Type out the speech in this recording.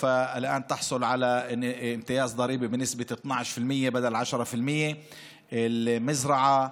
מעתה הם יקבלו הטבת מס בשיעור של 12% במקום 10%. מזרעה,